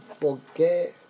forget